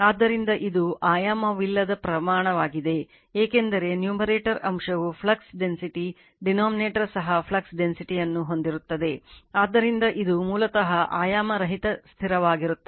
ಆದ್ದರಿಂದ ಇದು ಆಯಾಮವಿಲ್ಲದ ಪ್ರಮಾಣವಾಗಿದೆ ಏಕೆಂದರೆ ನ್ಯೂಮರೇಟರ್ ಅಂಶವು ಫ್ಲಕ್ಸ್ ಡೆನ್ಸಿಟಿ ಡಿನೋಮಿನೇಟರ್ ಸಹ ಫ್ಲಕ್ಸ್ ಡೆನ್ಸಿಟಿಯನ್ನು ಹೊಂದಿರುತ್ತದೆ ಆದ್ದರಿಂದ ಇದು ಮೂಲತಃ ಆಯಾಮರಹಿತ ಸ್ಥಿರವಾಗಿರುತ್ತದೆ